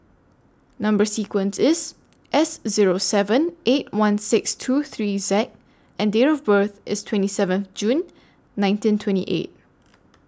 Number sequence IS S Zero seven eight one six two three Z and Date of birth IS twenty seventh June nineteen twenty eight